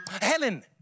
Helen